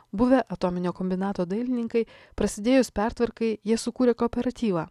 buvę atominio kombinato dailininkai prasidėjus pertvarkai jie sukūrė kooperatyvą